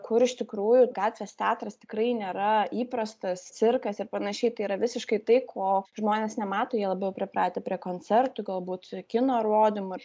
kur iš tikrųjų gatvės teatras tikrai nėra įprastas cirkas ir panašiai tai yra visiškai tai ko žmonės nemato jie labiau pripratę prie koncertų galbūt kino rodymo ir